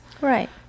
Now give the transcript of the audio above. Right